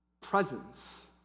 presence